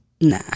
Nah